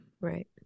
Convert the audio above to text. Right